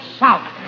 south